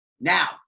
Now